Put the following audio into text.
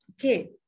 Okay